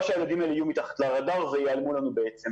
שהילדים האלה יהיו מתחת לרדאר וייעלמו לנו.